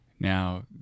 Now